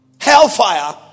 hellfire